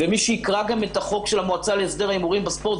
ומי שיקרא גם את החוק של המועצה להסדר ההימורים בספורט,